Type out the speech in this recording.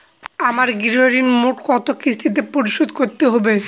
আমার গৃহঋণ মোট কত কিস্তিতে পরিশোধ করতে হবে?